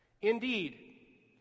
Indeed